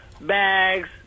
bags